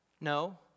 No